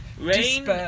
Rain